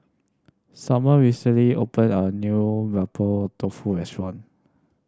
Sommer recently opened a new Mapo Tofu restaurant